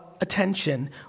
attention